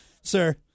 sir